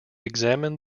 examined